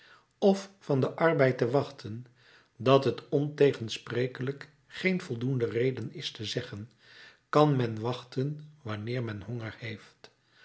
f van den arbeid te wachten dat het ontegensprekelijk geen voldoende reden is te zeggen kan men wachten wanneer men honger heeft